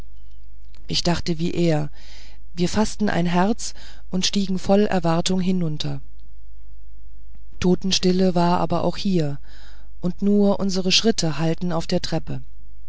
ich dachte wie er wir faßten ein herz und stiegen voll erwartung hinunter totenstille war aber auch hier und nur unsere schritte hallten auf der treppe